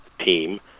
team